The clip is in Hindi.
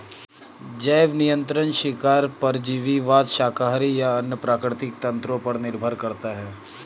जैव नियंत्रण शिकार परजीवीवाद शाकाहारी या अन्य प्राकृतिक तंत्रों पर निर्भर करता है